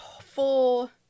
full